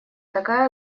такая